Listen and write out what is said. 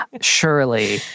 Surely